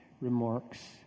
remarks